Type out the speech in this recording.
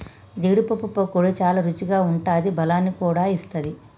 జీడీ పప్పు పకోడీ చాల రుచిగా ఉంటాది బలాన్ని కూడా ఇస్తది